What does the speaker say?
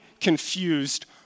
confused